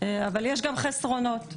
אבל יש גם חסרונות.